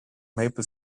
maple